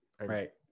Right